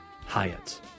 Hyatt